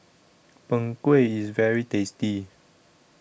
Png Kueh IS very tasty